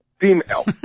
Female